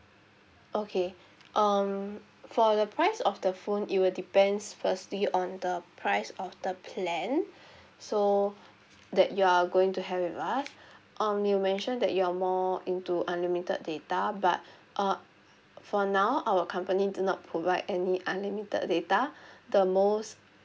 okay um for the price of the phone it will depends firstly on the price of the plan so that you are going to have with us um you mentioned that you are more into unlimited data but uh for now our company do not provide any unlimited data the most